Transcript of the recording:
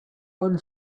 one